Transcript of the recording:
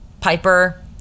Piper